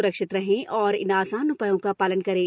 स्रक्षित रहें और इन आसान उपायों का पालन करें